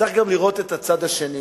צריך גם לראות את הצד השני,